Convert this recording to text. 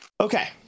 Okay